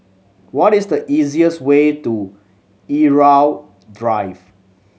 what is the easiest way to Irau Drive